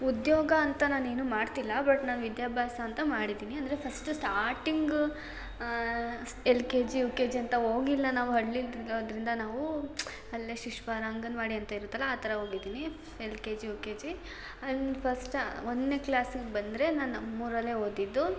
ಉದ್ಯೋಗ ಅಂತ ನಾನು ಏನು ಮಾಡ್ತಿಲ್ಲ ಬಟ್ ನಾ ವಿದ್ಯಾಭ್ಯಾಸ ಅಂತ ಮಾಡಿದೀನಿ ಅಂದರೆ first starting L K G U K G ಅಂತ ಹೋಗಿಲ್ಲ ನಾವು ಹಳ್ಳಿಲ್ಲಿ ಇರೋದರಿಂದ ನಾವು ಅಲ್ಲೇ ಶಿಶ್ವಾರ ಅಂಗನವಾಡಿ ಅಂತ ಇರುತ್ತಲ್ಲ ಆ ಥರ ಹೋಗಿದ್ದೀನಿ L K G U K G first ಒಂದನೇ ಕ್ಲಾಸಿಗೆ ಬಂದರೆ ನಾನು ನಮ್ಮ ಊರಲ್ಲೇ ಓದಿದ್ದು